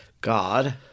God